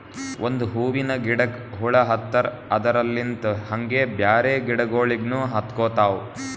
ಒಂದ್ ಹೂವಿನ ಗಿಡಕ್ ಹುಳ ಹತ್ತರ್ ಅದರಲ್ಲಿಂತ್ ಹಂಗೆ ಬ್ಯಾರೆ ಗಿಡಗೋಳಿಗ್ನು ಹತ್ಕೊತಾವ್